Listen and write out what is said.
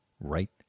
right